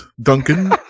Duncan